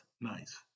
nice